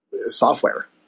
software